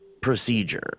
procedure